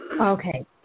Okay